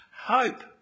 Hope